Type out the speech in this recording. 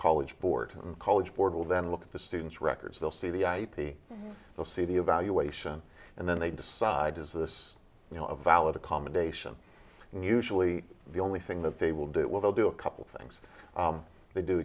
college board and college board will then look at the student's records they'll see the ip they'll see the evaluation and then they decide is this you know a valid accommodation and usually the only thing that they will do it will they'll do a couple thing yes they do